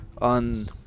On